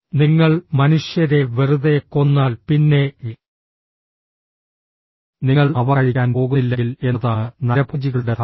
നിങ്ങൾ മനുഷ്യരെ വെറുതെ കൊന്നാൽ പിന്നെ നിങ്ങൾ അവ കഴിക്കാൻ പോകുന്നില്ലെങ്കിൽ എന്നതാണ് നരഭോജികളുടെ ധാരണ